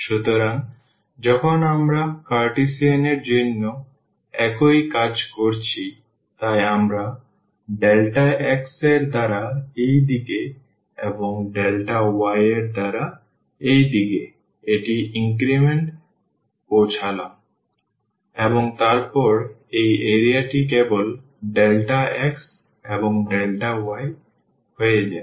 সুতরাং যখন আমরা কার্টেসিয়ান এর জন্য একই কাজ করেছি তাই আমরা x এর দ্বারা এই দিকে এবং y এর দ্বারা এই দিকে এটি ইনক্রিমেন্ট পাচ্ছিলাম এবং তারপর এই এরিয়াটি কেবল Δx এবং Δy হয়ে যায়